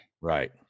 Right